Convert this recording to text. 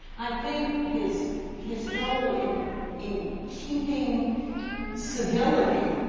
i think his his role in in keeping civility,